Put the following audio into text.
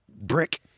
brick